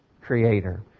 Creator